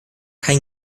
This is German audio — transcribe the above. kein